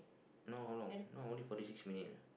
now how long now only forty six minute eh